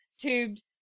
tubed